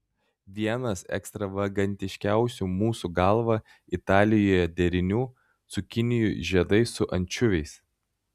vienas ekstravagantiškiausių mūsų galva italijoje derinių cukinijų žiedai su ančiuviais